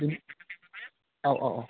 औ औ